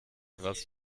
was